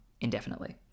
indefinitely